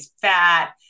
fat